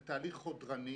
זה תהליך חודרני